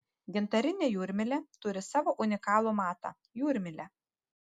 gintarinė jūrmylė turi savo unikalų matą jūrmylę